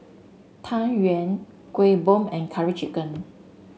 Tang Yuen Kueh Bom and Curry Chicken